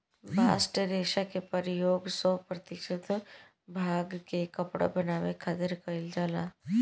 bast रेशा के प्रयोग सौ प्रतिशत भांग के कपड़ा बनावे खातिर कईल जाला